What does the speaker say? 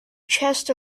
chest